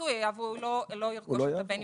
הכיסוי היה והוא לא ירכוש את הבן נבחר עם מוגבלות.